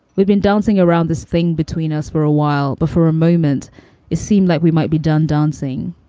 we've been dancing around this thing between us for a while, but for a moment it seemed like we might be done dancing.